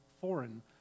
foreign